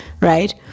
right